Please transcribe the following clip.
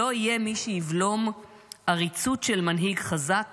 לא יהיה מי שיבלום עריצות של מנהיג חזק